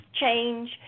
change